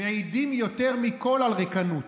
מעידים יותר מכול על ריקנות,